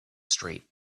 street